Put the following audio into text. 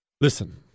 Listen